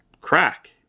crack